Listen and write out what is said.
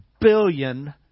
billion